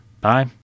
Bye